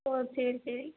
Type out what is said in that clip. okay சரி